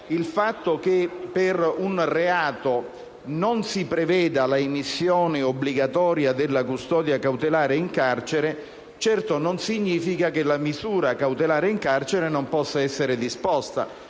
Il fatto che, per un reato, non si preveda l'emissione obbligatoria della custodia cautelare in carcere certo non significa che detta misura non possa essere disposta.